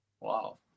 wow